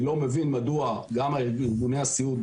אני לא מבין מדוע גם ארגוני הסיעוד,